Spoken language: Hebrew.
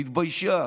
היא התביישה,